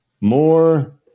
more